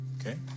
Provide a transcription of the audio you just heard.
okay